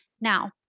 Now